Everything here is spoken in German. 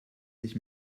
sich